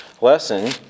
lesson